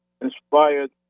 inspired